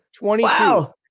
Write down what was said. Wow